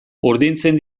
urdintzen